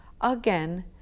Again